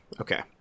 okay